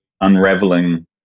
unraveling